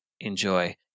enjoy